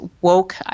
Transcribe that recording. woke